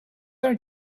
are